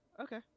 Okay